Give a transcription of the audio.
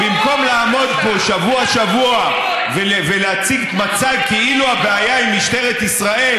במקום לעמוד פה שבוע-שבוע ולהציג מצג כאילו הבעיה היא משטרת ישראל,